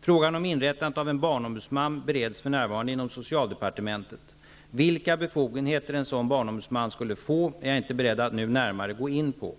Frågan om inrättandet av en barnombudsman bereds för närvarande inom socialdepartementet. Vilka befogenheter en sådan barnombudsman skulle få är jag inte beredd att nu närmare gå in på.